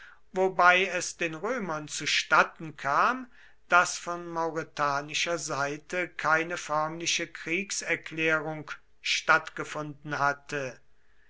wobei es den römern zustatten kam daß von mauretanischer seite keine förmliche kriegserklärung stattgefunden hatte